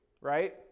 right